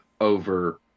over